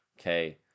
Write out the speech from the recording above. Okay